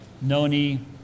noni